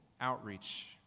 outreach